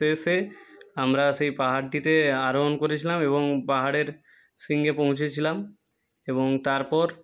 শেষে আমরা সেই পাহাড়টিতে আরোহন করেছিলাম এবং পাহাড়ের শৃঙ্গে পৌঁছেছিলাম এবং তারপর